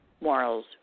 morals